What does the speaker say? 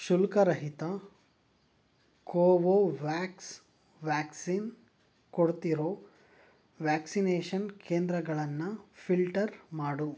ಶುಲ್ಕರಹಿತ Covovax vaccine ಕೊಡ್ತಿರೋ vaccination ಕೇಂದ್ರಗಳನ್ನು ಫಿಲ್ಟರ್ ಮಾಡು